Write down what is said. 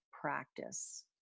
practice